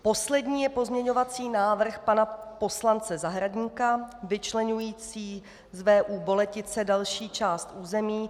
Poslední je pozměňovací návrh pana poslance Zahradníka vyčleňující z VÚ Boletice další část území.